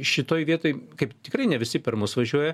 šitoj vietoj kaip tikrai ne visi per mus važiuoja